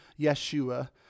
Yeshua